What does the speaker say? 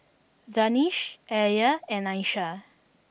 Danish Alya and Aisyah